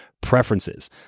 preferences